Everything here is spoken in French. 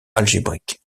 algébrique